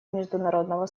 международного